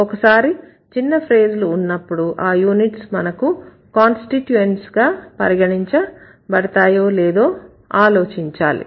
ఒకసారి చిన్న ఫ్రేజ్ లు ఉన్నప్పుడు ఆ యూనిట్స్ మనకు కాన్స్టిట్యూయెంట్స్ గా పరిగణించ బడతాయో లేదో ఆలోచించాలి